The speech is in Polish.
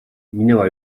minęła